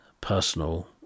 personal